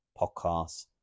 Podcasts